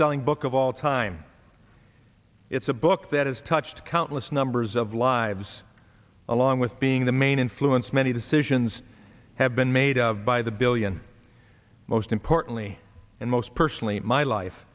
bestselling book of all time it's a book that has touched countless numbers of lives along with being the main influence many decisions have been made by the billion most importantly and most personally my life